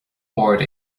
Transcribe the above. ard